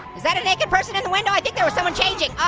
is that a naked person in the window, i think there was someone changing.